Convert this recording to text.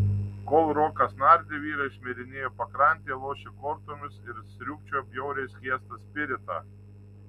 kol rokas nardė vyrai šmirinėjo pakrante lošė kortomis ir sriūbčiojo bjauriai skiestą spiritą